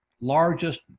largest